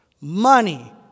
money